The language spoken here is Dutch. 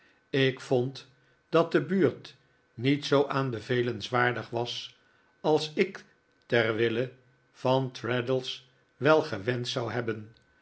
ik vond dat de buurt niet zoo aanbevelenswaardig was als ik terwille van traddles wel gewenscht zou hebben